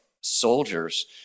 soldiers